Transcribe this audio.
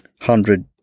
hundred